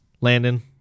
Landon